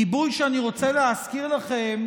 גיבוי שאני רוצה להזכיר לכם,